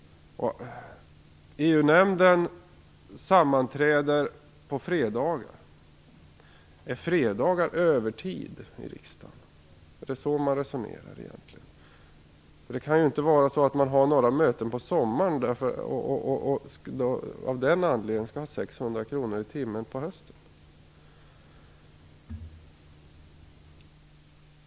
EU-nämnden sammanträder på fredagar. Är fredagar övertid i riksdagen? Är det så man resonerar? Det kan ju inte vara så att man för att man har några möten på sommaren skall ha 600 kr i timmen på hösten.